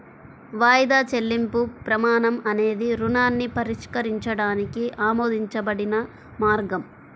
వాయిదా చెల్లింపు ప్రమాణం అనేది రుణాన్ని పరిష్కరించడానికి ఆమోదించబడిన మార్గం